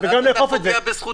וזה יהיה רק לאחר שנצא ממצב החירום.